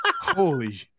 Holy